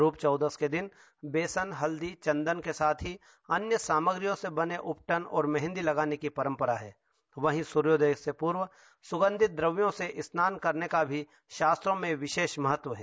रूप चौदस के दिन बेसन हल्दी चंदन के साथ ही अन्य सामग्रियों से बने उबटन और मेंहदी लगाने की परंपरा हैं वहीं सुर्योदय के पूर्व सुगंधित द्रव्यों से स्नान करने का भी षास्त्रों में विषेष महत्व हैं